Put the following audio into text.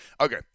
Okay